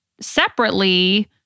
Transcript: separately